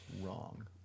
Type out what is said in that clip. wrong